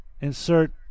Insert